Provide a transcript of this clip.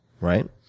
right